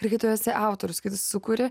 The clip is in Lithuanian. ir kai tu esi autorius sukuri